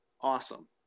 awesome